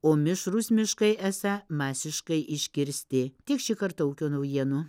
o mišrūs miškai esą masiškai iškirsti tiek šį kartą ūkio naujienų